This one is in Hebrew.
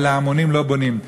אבל להמונים לא בונים.